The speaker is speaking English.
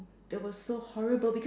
that was so horrible because